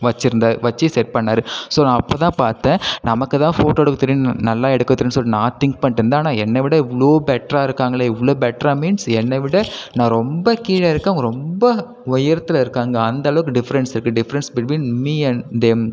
வச்சுருந்தார் வச்சி செட் பண்ணார் ஸோ நான் அப்போ தான் பார்த்தேன் நமக்கு தான் ஃபோட்டோ எடுக்க தெரியுன்னு நல்லா எடுக்க தெரியுன்னு சொல்லிட்டு நான் திங்க் பண்ணிட்டுருந்தேன் ஆனால் என்ன விட இவ்வளோ பெட்ராக இருக்காங்களே இவ்வளோ பெட்ராக மீன்ஸ் என்னை விட நான் ரொம்ப கீழே இருக்கேன் அவங்க ரொம்ப உயரத்தில் இருக்காங்க அந்தளவுக்கு டிஃப்ரண்ட்ஸ் இருக்கு difference between me and them